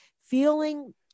feeling